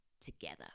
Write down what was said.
together